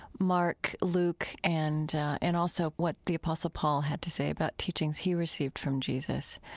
mark, luke and and also what the apostle paul had to say about teachings he received from jesus,